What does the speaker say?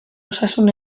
osasun